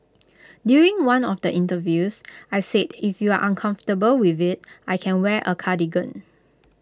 during one of the interviews I said if you're uncomfortable with IT I can wear A cardigan